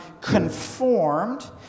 conformed